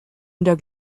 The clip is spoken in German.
unter